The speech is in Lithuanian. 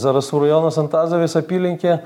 zarasų rajonas antazavės apylinkė